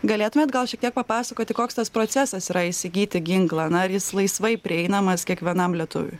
galėtumėt gal šiek tiek papasakoti koks tas procesas yra įsigyti ginklą na ar jis laisvai prieinamas kiekvienam lietuviui